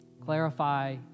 clarify